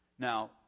Now